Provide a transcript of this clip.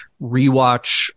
rewatch